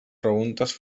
preguntes